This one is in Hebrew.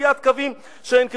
בחציית קווים שאין כדוגמתה.